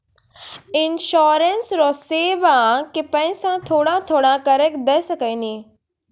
इंश्योरेंसबा के पैसा थोड़ा थोड़ा करके दे सकेनी?